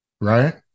right